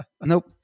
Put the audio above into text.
Nope